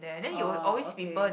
oh okay